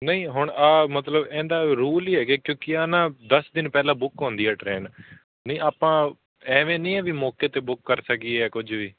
ਨਹੀਂ ਹੁਣ ਆ ਮਤਲਬ ਇਹਦਾ ਰੂਲ ਹੀ ਹੈਗੇ ਕਿਉਂਕਿ ਆਹ ਨਾ ਦਸ ਦਿਨ ਪਹਿਲਾਂ ਬੁੱਕ ਹੁੰਦੀ ਹੈ ਟਰੇਨ ਨਹੀਂ ਆਪਾਂ ਐਵੇਂ ਨਹੀਂ ਐ ਵੀ ਮੌਕੇ 'ਤੇ ਬੁੱਕ ਕਰ ਸਕੀਏ ਕੁਝ ਵੀ